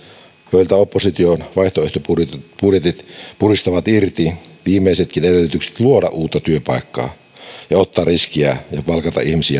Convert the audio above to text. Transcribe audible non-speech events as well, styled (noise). joilta opposition vaihtoehtobudjetit puristavat irti viimeisetkin edellytykset luoda uutta työpaikkaa ja ottaa riskiä ja palkata ihmisiä (unintelligible)